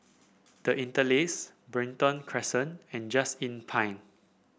The Interlace Brighton Crescent and Just Inn Pine